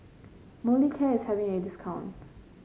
Molicare is having a discount